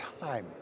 time